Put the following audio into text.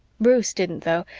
bruce didn't, though,